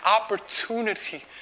opportunity